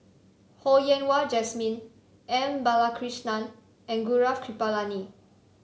Ho Yen Wah Jesmine M Balakrishnan and Gaurav Kripalani